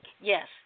Yes